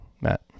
Matt